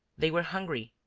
they were hungry,